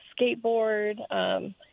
skateboard